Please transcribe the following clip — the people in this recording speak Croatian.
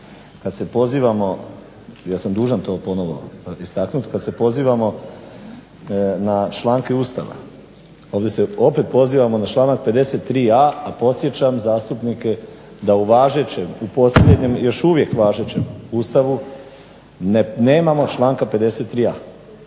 kad se pozivamo, ja sam dužan to ponovo istaknuti, kad se pozivamo na članke Ustava, ovdje se opet pozivamo na članak 53.a, a podsjećam zastupnike da u važećem, u posljednjem i još uvijek važećem Ustavu nemamo članka 53.a,